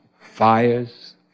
Fires